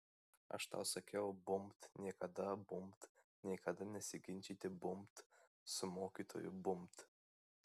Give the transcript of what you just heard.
aš tau sakiau bumbt niekada bumbt niekada nesiginčyti bumbt su mokytoju bumbt